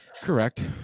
correct